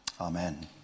Amen